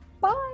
bye